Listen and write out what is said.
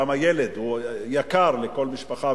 כמה ילד הוא יקר לכל משפחה,